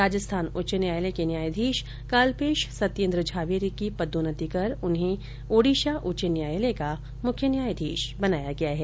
राजस्थान उच्च न्यायालय के न्यायाधीश काल्पेश सत्येन्द्र झावेरी की पर्दोन्नति कर उन्हें ओडिशा उच्च न्यायालय का मुख्य न्यायाधीश बनाया गया है